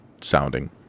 sounding